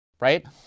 right